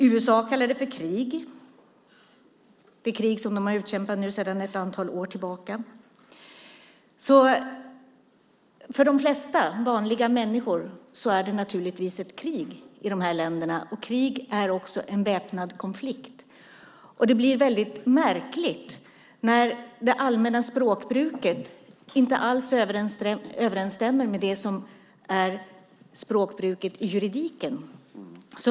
USA kallar det för krig - ett krig som de har utkämpat sedan ett antal år tillbaka. För de flesta vanliga människor är det naturligtvis krig i de här länderna, och krig är också en väpnad konflikt. Det blir märkligt när det allmänna språkbruket inte alls överensstämmer med språkbruket i juridiken.